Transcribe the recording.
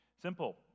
Simple